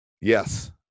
Yes